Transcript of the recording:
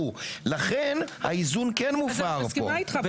לכן, האיזון כן מופר פה.